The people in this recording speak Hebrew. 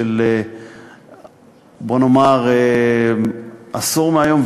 בוא נאמר עשור מהיום,